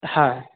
হ্যাঁ